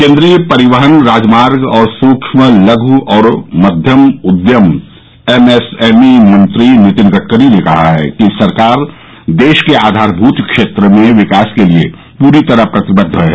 केन्द्रीय परिवहन राजमार्ग और सुक्ष्म लघ और मध्यम उद्यम एमएसएमई मंत्री नीतिन गडकरी ने कहा है कि सरकार देश के आघारभूत क्षेत्र में विकास के लिए पूरी तरह प्रतिबद्ध है